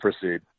proceed